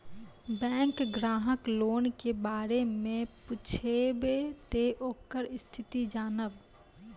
Bank ग्राहक loan के बारे मैं पुछेब ते ओकर स्थिति जॉनब?